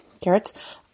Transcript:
carrots